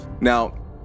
Now